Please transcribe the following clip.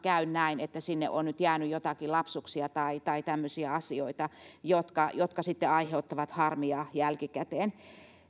käynyt näin että sinne on nyt jäänyt joitakin lapsuksia tai tai tämmöisiä asioita jotka jotka sitten aiheuttavat harmia jälkikäteen